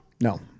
No